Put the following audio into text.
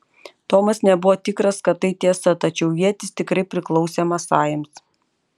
tomas nebuvo tikras kad tai tiesa tačiau ietis tikrai priklausė masajams